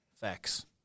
Facts